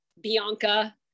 Bianca